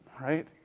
right